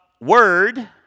Word